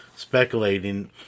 speculating